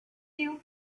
you